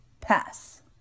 Pass